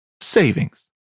savings